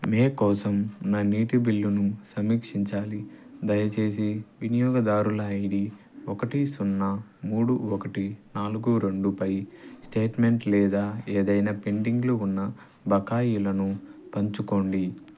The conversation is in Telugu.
మే కోసం నా నీటి బిల్లును సమీక్షించాలి దయచేసి వినియోగదారుల ఐడి ఒకటి సున్నా మూడు ఒకటి నాలుగు రెండు పై స్టేట్మెంట్ లేదా ఏదైనా పెండింగ్లో ఉన్న బకాయిలను పంచుకోండి